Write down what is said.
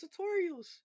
tutorials